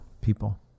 people